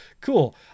cool